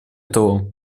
того